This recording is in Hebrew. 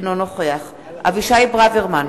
אינו נוכח אבישי ברוורמן,